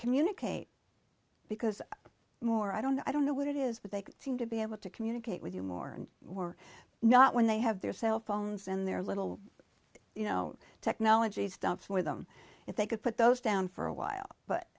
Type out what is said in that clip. communicate because more i don't i don't know what it is but they seem to be able to communicate with you more and more not when they have their cell phones in their little you know technology stuff for them if they could put those down for a while but